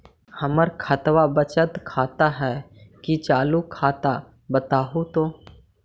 हमर खतबा बचत खाता हइ कि चालु खाता, बताहु तो?